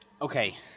Okay